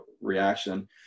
reaction